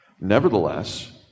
Nevertheless